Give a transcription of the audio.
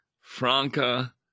Franca